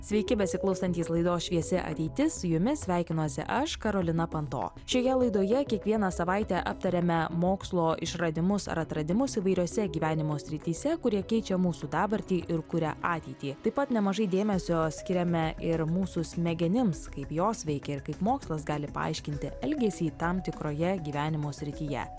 sveiki besiklausantys laidos šviesi ateitis su jumis sveikinuosi aš karolina panto šioje laidoje kiekvieną savaitę aptariame mokslo išradimus ar atradimus įvairiose gyvenimo srityse kurie keičia mūsų dabartį ir kuria ateitį taip pat nemažai dėmesio skiriame ir mūsų smegenims kaip jos veikia ir kaip mokslas gali paaiškinti elgesį tam tikroje gyvenimo srityje